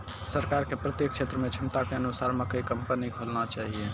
सरकार के प्रत्येक क्षेत्र मे क्षमता के अनुसार मकई कंपनी खोलना चाहिए?